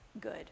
good